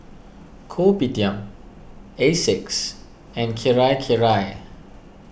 Kopitiam Asics and Kirei Kirei